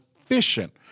efficient